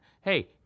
Hey